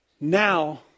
Now